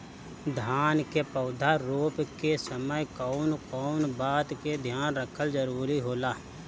धान के पौधा रोप के समय कउन कउन बात के ध्यान रखल जरूरी होला?